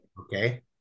Okay